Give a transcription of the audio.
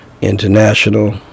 international